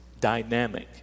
dynamic